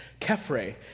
Kefre